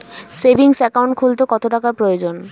Savings account খুলতে কত টাকার প্রয়োজন?